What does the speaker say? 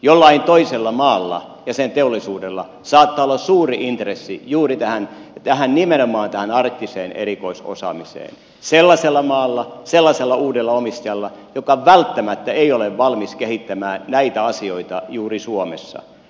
jollain toisella maalla ja sen teollisuudella saattaa olla suuri intressi nimenomaan tähän arktiseen erikoisosaamiseen sellaisella maalla sellaisella uudella omistajalla joka välttämättä ei ole valmis kehittämään näitä asioita juuri suomessa